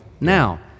Now